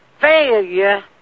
failure